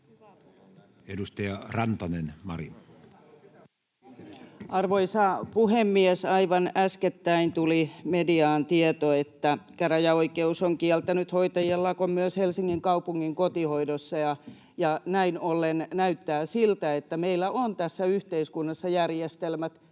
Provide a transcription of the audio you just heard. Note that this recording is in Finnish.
16:08 Content: Arvoisa puhemies! Aivan äskettäin tuli mediaan tieto, että käräjäoikeus on kieltänyt hoitajien lakon myös Helsingin kaupungin kotihoidossa, ja näin ollen näyttää siltä, että meillä on tässä yhteiskunnassa järjestelmät,